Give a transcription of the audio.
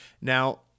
Now